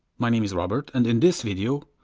my name is robert and in this video,